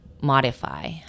modify